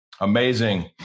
Amazing